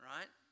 Right